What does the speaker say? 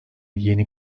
yeni